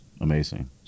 Amazing